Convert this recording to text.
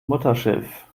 mutterschiff